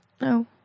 No